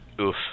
Oof